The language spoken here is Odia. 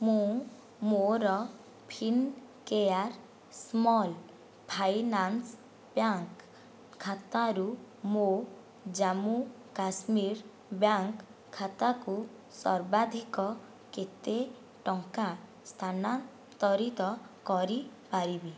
ମୁଁ ମୋର ଫିନକେୟାର୍ ସ୍ମଲ୍ ଫାଇନାନ୍ସ୍ ବ୍ୟାଙ୍କ୍ ଖାତାରୁ ମୋ ଜାମ୍ମୁ କାଶ୍ମୀର ବ୍ୟାଙ୍କ୍ ଖାତାକୁ ସର୍ବାଧିକ କେତେ ଟଙ୍କା ସ୍ଥାନାନ୍ତରିତ କରିପାରିବି